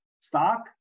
stock